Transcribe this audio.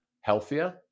healthier